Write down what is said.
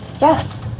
Yes